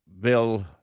Bill